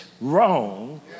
wrong